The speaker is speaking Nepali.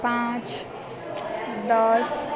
पाँच दस